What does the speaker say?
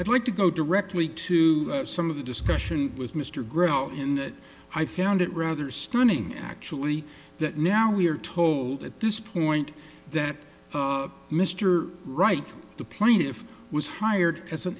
i'd like to go directly to some of the discussion with mr grout in that i found it rather stunning actually that now we are told at this point that mr wright the plaintiff was hired as an